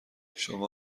شما